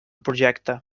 projecte